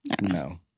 No